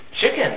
chicken